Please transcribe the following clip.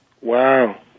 Wow